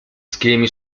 schemi